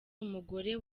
umugore